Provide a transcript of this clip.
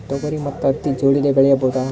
ತೊಗರಿ ಮತ್ತು ಹತ್ತಿ ಜೋಡಿಲೇ ಬೆಳೆಯಬಹುದಾ?